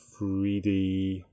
3D